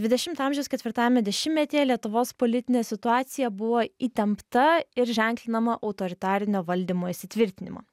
dvidešimto amžiaus ketvirtajame dešimtmetyje lietuvos politinė situacija buvo įtempta ir ženklinama autoritarinio valdymo įsitvirtinimu